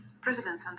President